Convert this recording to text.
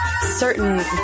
certain